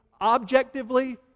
objectively